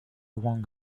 wang